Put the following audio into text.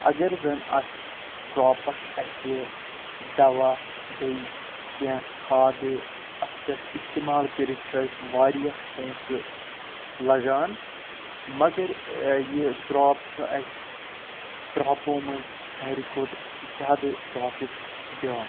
اگر زَن اَتھ کرٛاپَس اَسہِ دوا بیٚیہِ کیٚنٛہہ کھادٕ اَتھ پٮ۪ٹھ اِستِمال کٔرِتھ چھُ اَسہِ واریاہ پونٛسہٕ لگان مگر یہِ کرٛاپ چھُ اَسہِ کرٛوپو مَنٛز ساروی کھۄتہٕ زیادٕ پرٛافِٹ دِوان